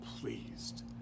pleased